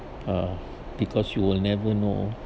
uh because you will never know